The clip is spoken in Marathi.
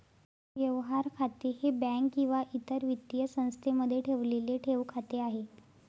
व्यवहार खाते हे बँक किंवा इतर वित्तीय संस्थेमध्ये ठेवलेले ठेव खाते आहे